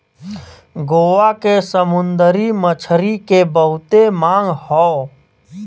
गोवा के समुंदरी मछरी के बहुते मांग हौ